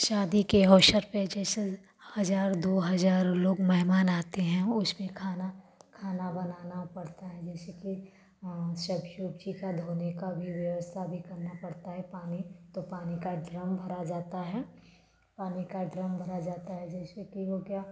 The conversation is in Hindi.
शादी के अवसर पे जैसे हज़ार दो हज़ार लोग मेहमान आते हैं उसमें खाना खाना बनाना पड़ता है जैसे कि सब्ज़ी वब्जी का धोने का भी व्यवस्था भी करना पड़ता है पानी तो पानी का ड्रम भरा जाता है पानी का ड्रम भरा जाता है जैसे कि वो क्या